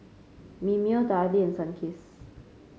Mimeo Darlie and Sunkist